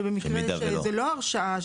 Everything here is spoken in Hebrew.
שבמקרה שזה לא הרשאה,